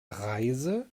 reise